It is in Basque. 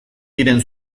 diren